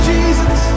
Jesus